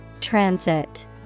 transit